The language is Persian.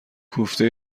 کوفته